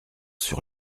sur